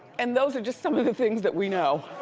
and those are just some of the things that we know.